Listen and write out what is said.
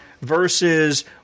versus